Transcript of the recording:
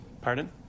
Pardon